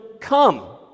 come